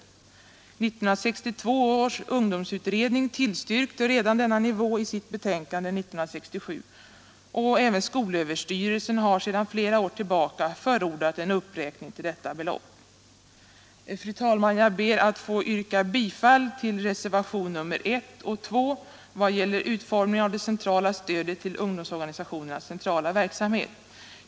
1962 års ungdomsutredning tillstyrkte denna nivå redan i sitt betänkande 1967, och även skolöverstyrelsen förordar sedan flera år en uppräkning till detta belopp. Fru talman! Jag ber att få yrka bifall till reservationerna 1 och 2 vad det gäller utformningen av det centrala stödet till ungdomsorganisationernas centrala verksamhet.